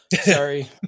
Sorry